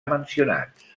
mencionats